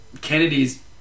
Kennedy's